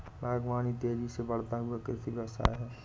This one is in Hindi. बागवानी तेज़ी से बढ़ता हुआ कृषि व्यवसाय है